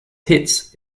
hits